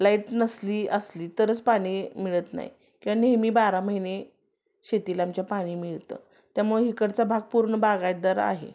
light नसली असली तरच पाणी मिळत नाही कारण नेहमी बारा महिने शेतीला आमच्या पाणी मिळतं त्यामुळं ईकडचा भाग पूर्ण बागायतदार आहे